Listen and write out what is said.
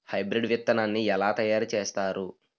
Hybrid విత్తనాన్ని ఏలా తయారు చేస్తారు?